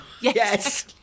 Yes